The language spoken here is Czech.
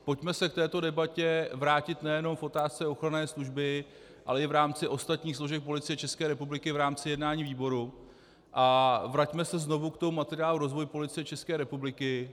Pojďme se k této debatě vrátit nejenom v otázce ochranné služby, ale i v rámci ostatních složek Policie České republiky v rámci jednání výboru a vraťme se znovu k tomu materiálu Rozvoj Policie České republiky.